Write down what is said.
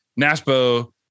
NASPO